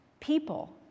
people